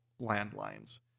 landlines